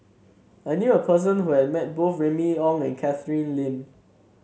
I knew a person who has met both Remy Ong and Catherine Lim